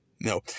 No